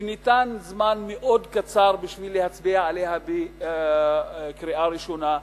שניתן זמן מאוד קצר בשביל להצביע עליה בקריאה ראשונה,